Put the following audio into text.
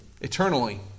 Eternally